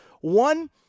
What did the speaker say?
One